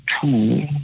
two